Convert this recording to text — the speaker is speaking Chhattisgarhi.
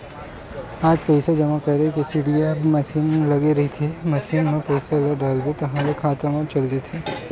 आज पइसा जमा करे के सीडीएम मसीन लगे रहिथे, मसीन म पइसा ल डालबे ताहाँले खाता म चल देथे